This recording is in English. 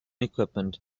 equipment